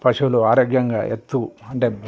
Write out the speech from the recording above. పశువులు ఆరోగ్యంగా ఎత్తు అంటే